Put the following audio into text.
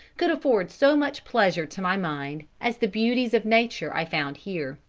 could afford so much pleasure to my mind, as the beauties of nature i found here.